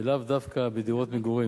ולאו דווקא בדירות מגורים.